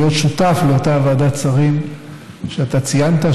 להיות שותף לאותה ועדת שרים שאתה ציינת,